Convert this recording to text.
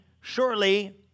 surely